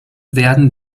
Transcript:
werden